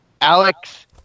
Alex